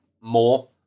more